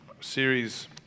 series